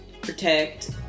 protect